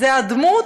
זו דמות,